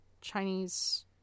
Chinese